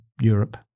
Europe